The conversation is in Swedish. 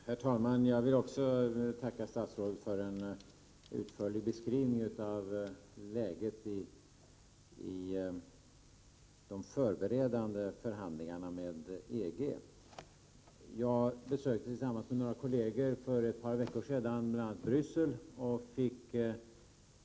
Herr talman! Jag vill också tacka statsrådet för en utförlig beskrivning av läget i de förberedande förhandlingarna med EG. Tillsammans med några kolleger besökte jag för ett par veckor sedan bl.a. Bryssel.